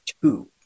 two